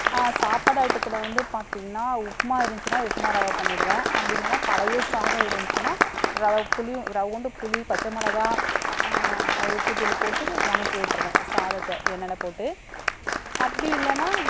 சாப்பாடு ஐட்டத்தில் வந்து பார்த்திங்கனா உப்புமா இருந்துச்சுனா உப்புமா ரவா பண்ணிடுவேன் அப்படி இல்லைனா பழைய சாதம் இருந்துச்சுனா ரவை புளி ரவ்வோண்டு புளி பச்சை மிளகா உப்பு தூள் போட்டு வணக்கிவிட்ருவேன் சாதத்தை எண்ணெயில் போட்டு அப்படி இல்லைனா